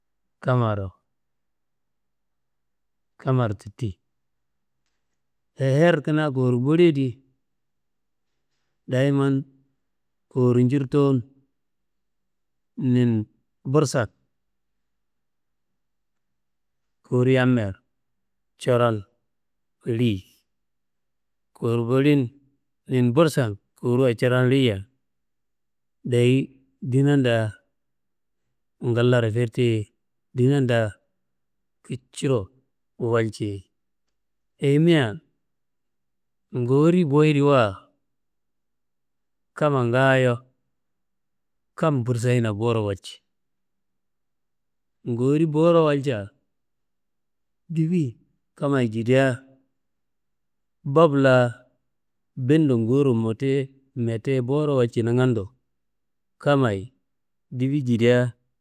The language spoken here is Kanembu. Kammaro tuti, her kanaa kor baliye di, dayiman kor njirtowon nin bursan kor yammben coron liyi kor balin nin bursan koruwuwa coron liyiya dayi ndinada ngallaro ferti ye ndinada kiciro walci ye. Ayimia gori boyediwa, kamma ngaayo kam bursayina bo walci. Gori bo walca difi kammayi jidia bob la bindo ngoworo metiye bo walci nangando, kamayi difi jidia